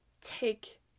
take